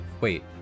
wait